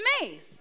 maze